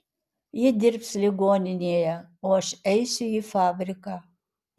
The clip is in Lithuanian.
ji dirbs ligoninėje o aš eisiu į fabriką